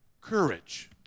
Courage